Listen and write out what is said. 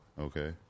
Okay